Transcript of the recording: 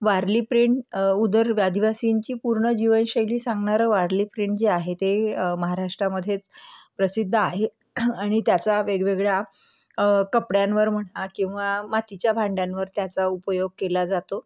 Warli print उदर आदिवासींची पूर्ण जीवनशैली सांगणारं वारली प्रिंट जी आहे ते महाराष्ट्रामध्येच प्रसिद्ध आहे आणि त्याचा वेगवेगळ्या कपड्यांवर म्हणा किंवा मातीच्या भांड्यांवर त्याचा उपयोग केला जातो